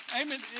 Amen